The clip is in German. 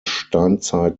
steinzeit